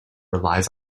relies